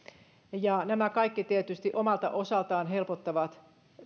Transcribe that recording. kaikki nämä tietysti omalta osaltaan myöskin helpottavat